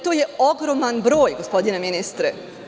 To je ogroman broj, gospodine ministre.